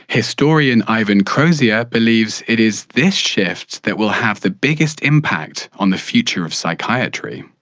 historian ivan crozier believes it is this shift that will have the biggest impact on the future of psychiatry.